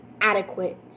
adequate